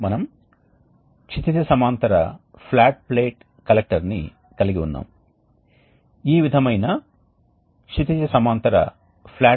మేము దీని గురించి చర్చించము ఇతర బోధకుడు ప్రొఫెసర్ ఆనందరూప్ భట్టాచార్య హీట్ పైపుల గురించి వివరంగా మాట్లాడతారు మరియు వ్యర్థ ఉష్ణ పునరుద్ధరణ కోసం ఈ ప్రత్యేకమైన ఉష్ణ మార్పిడి పరికరాలను ఎలా ఉపయోగించవచ్చో మీరు చూస్తారు